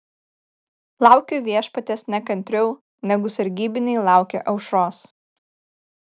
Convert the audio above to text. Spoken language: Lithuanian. laukiu viešpaties nekantriau negu sargybiniai laukia aušros